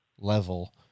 level